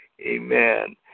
Amen